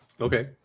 Okay